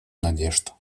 надежд